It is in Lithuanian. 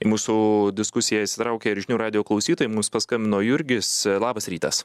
į mūsų diskusiją įsitraukė ir žinių radijo klausytojai mums paskambino jurgis labas rytas